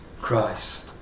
Christ